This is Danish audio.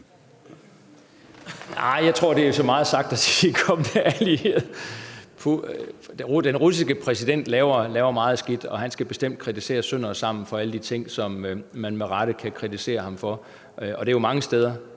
Nej, jeg tror, det er så meget sagt at sige, at han er en kommende allieret. Den russiske præsident laver meget skidt, og han skal bestemt kritiseres sønder og sammen for alle de ting, som man med rette kan kritisere ham for. Der er jo mange ting,